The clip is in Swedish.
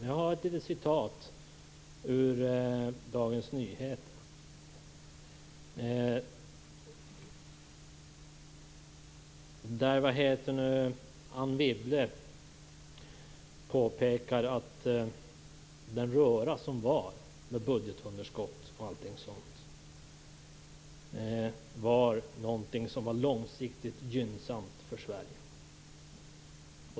Jag har en artikel från Dagens Nyheter. Där påpekar Anne Wibble att den röra som rådde med budgetunderskott och allting sådant var något som var långsiktigt gynnsamt för Sverige.